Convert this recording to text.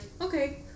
okay